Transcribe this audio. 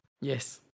Yes